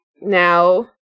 now